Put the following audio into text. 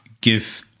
give